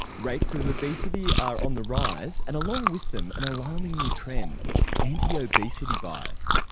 rates of obesity are on the rise, and along with them an alarming new trend anti-obesity bias.